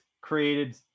created